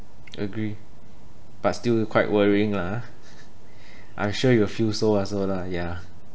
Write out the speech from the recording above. agree but still quite worrying lah I sure you will feel so also lah ya